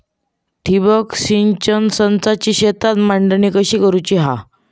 ठिबक सिंचन संचाची शेतात मांडणी कशी करुची हा?